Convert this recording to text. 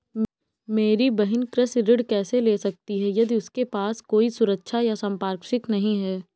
मेरी बहिन कृषि ऋण कैसे ले सकती है यदि उसके पास कोई सुरक्षा या संपार्श्विक नहीं है?